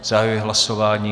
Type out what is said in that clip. Zahajuji hlasování.